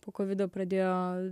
po kovido pradėjo